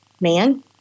man